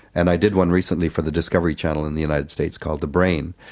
and i did one recently for the discovery channel in the united states called the brain.